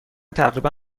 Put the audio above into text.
تقریبا